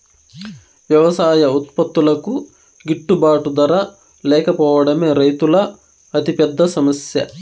వ్యవసాయ ఉత్పత్తులకు గిట్టుబాటు ధర లేకపోవడమే రైతుల అతిపెద్ద సమస్య